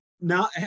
now